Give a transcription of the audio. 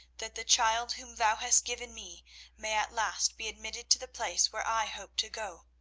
that the child whom thou hast given me may at last be admitted to the place where i hope to go.